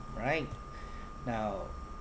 right now